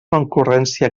concurrència